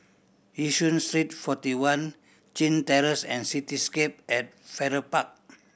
Yishun Street Forty One Chin Terrace and Cityscape at Farrer Park